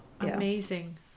amazing